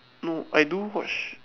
no I do watch